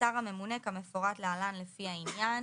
"השר הממונה" כמפורט להלן, לפי העניין: